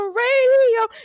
radio